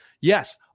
yes